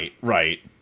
Right